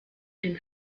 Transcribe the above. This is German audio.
den